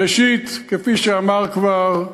ראשית, כפי שאמר כבר,